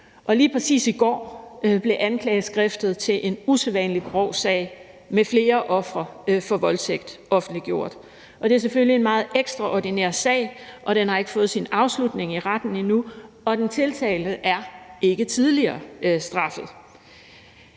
lige præcis i går blev anklageskriftet til en usædvanlig grov sag med flere ofre for voldtægt offentliggjort. Det er selvfølgelig en meget ekstraordinær sag, og den har ikke fået sin afslutning i retten endnu, og den tiltalte er ikke tidligere straffet.